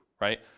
right